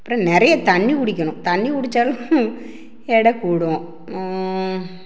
அப்புறம் நிறைய தண்ணிக் குடிக்கணும் தண்ணிக் குடித்தாலும் எடைக் கூடும்